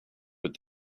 with